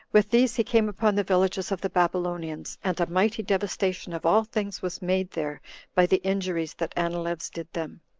with these he came upon the villages of the babylonians, and a mighty devastation of all things was made there by the injuries that anileus did them.